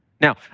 Now